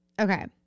Okay